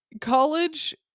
college